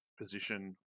position